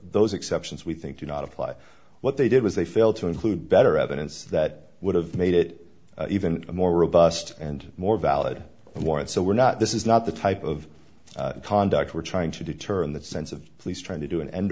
those exceptions we think you not apply what they did was they failed to include better evidence that would have made it even more robust and more valid and warrant so we're not this is not the type of conduct we're trying to deter in that sense of police trying to do an end